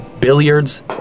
billiards